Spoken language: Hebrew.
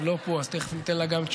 היא לא פה, אז תכף ניתן גם לה תשובה.